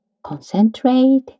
Concentrate